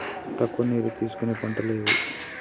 తక్కువ నీరు తీసుకునే పంటలు ఏవి?